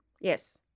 Yes